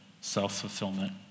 self-fulfillment